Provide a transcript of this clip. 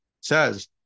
says